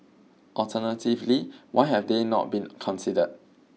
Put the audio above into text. alternatively why have they not been considered